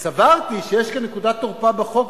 סברתי שיש כאן נקודת תורפה בחוק,